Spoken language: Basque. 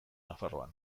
nafarroan